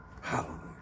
Hallelujah